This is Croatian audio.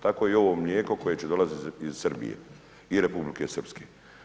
Tako i ovo mlijeko koje će dolaziti iz Srbije i Republike Srpske.